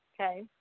okay